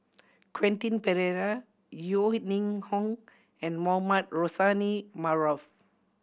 Quentin Pereira Yeo Ning Hong and Mohamed Rozani Maarof